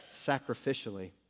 sacrificially